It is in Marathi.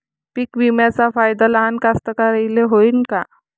पीक विम्याचा फायदा लहान कास्तकाराइले होईन का?